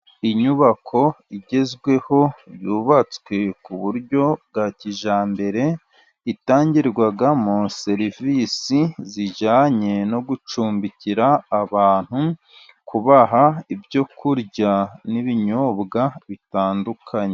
Inyubako igezweho yubatswe ku buryo bwa kijyambere, itangirwamo serivisi zijyanye no gucumbikira abantu, kubaha ibyo kurya, n'ibinyobwa bitandukanye.